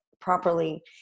properly